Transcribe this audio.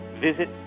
visit